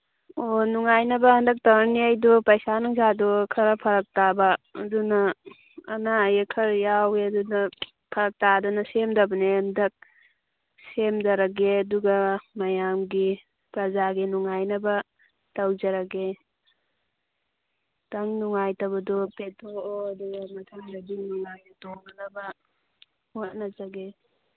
ꯑꯣ ꯅꯨꯡꯉꯥꯏꯅꯕꯅ ꯍꯟꯗꯛ ꯇꯧꯔꯅꯦ ꯑꯩꯗꯣ ꯄꯩꯁꯥ ꯅꯨꯡꯁꯥꯗꯣ ꯈꯔ ꯐꯔꯛ ꯇꯥꯕ ꯑꯗꯨꯅ ꯑꯅꯥ ꯑꯌꯦꯛ ꯈꯔ ꯌꯥꯎꯋꯦ ꯑꯗꯨꯅ ꯐꯔꯛ ꯇꯥꯗꯅ ꯁꯦꯝꯗꯕꯅꯦ ꯍꯟꯗꯛ ꯁꯦꯝꯖꯔꯒꯦ ꯑꯗꯨꯒ ꯃꯌꯥꯝꯒꯤ ꯄ꯭ꯔꯖꯥꯒꯤ ꯅꯨꯡꯉꯥꯏꯅꯕ ꯇꯧꯖꯔꯒꯦ ꯈꯤꯇꯪ ꯅꯨꯡꯉꯥꯏꯇꯕꯗꯨ ꯄꯦꯟꯊꯣꯛꯑꯣ ꯑꯗꯨꯒ ꯃꯊꯪꯗꯒꯤ ꯅꯨꯡꯉꯥꯏꯅ ꯇꯣꯡꯅꯅꯕ ꯍꯣꯠꯅꯖꯒꯦ